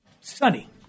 Sunny